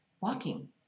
Walking